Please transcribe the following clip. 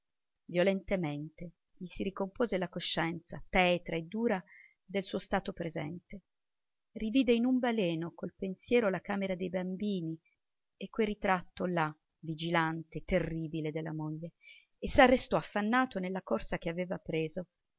violentemente gli si ricompose la coscienza tetra e dura del suo stato presente rivide in un baleno col pensiero la camera dei bambini e quel ritratto là vigilante terribile della moglie e s'arrestò affannato nella corsa che aveva preso